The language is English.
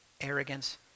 arrogance